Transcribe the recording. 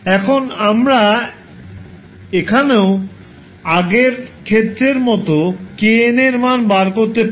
এখন আমরা এখানেও আগের ক্ষেত্রের মত 𝑘𝑛 এর মান বের করতে পারি